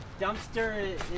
dumpster